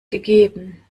gegeben